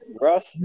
Russ